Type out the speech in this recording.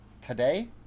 today